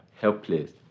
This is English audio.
helpless